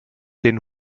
den